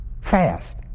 fast